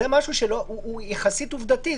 זה משהו שהוא יחסית עובדתי.